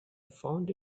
found